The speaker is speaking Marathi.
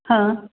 हां